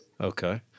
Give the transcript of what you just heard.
Okay